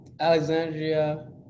Alexandria